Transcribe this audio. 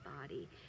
body